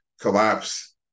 collapse